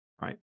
right